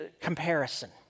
comparison